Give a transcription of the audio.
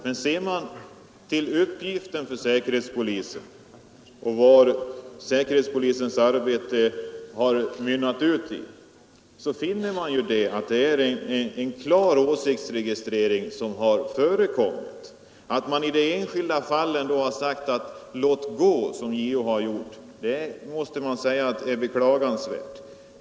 Men ser man till uppgiften för säkerhetspolisen och till vad säkerhetspolisens arbete har mynnat ut i, finner man att det är en klar åsiktsregistrering som har förekommit. Att man i det enskilda fallet har sagt låt gå — som JO gjorde — måste beklagas.